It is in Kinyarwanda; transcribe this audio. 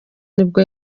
nibwo